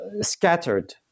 scattered